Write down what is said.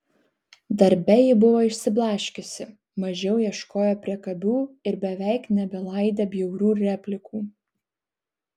darbe ji buvo išsiblaškiusi mažiau ieškojo priekabių ir beveik nebelaidė bjaurių replikų